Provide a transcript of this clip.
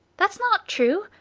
that's not true.